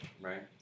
Right